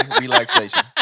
relaxation